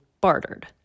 bartered